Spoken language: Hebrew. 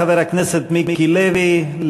חבר הכנסת מיקי לוי,